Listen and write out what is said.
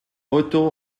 otto